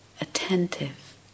attentive